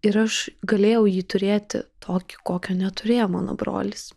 ir aš galėjau jį turėti tokį kokio neturėjo mano brolis